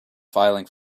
filing